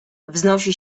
wznosi